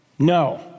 No